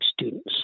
students